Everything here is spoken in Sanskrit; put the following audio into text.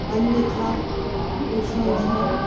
अन्यथा उष्णोष्णं